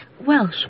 Welsh